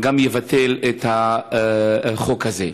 יבטל את החוק הזה.